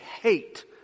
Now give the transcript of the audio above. hate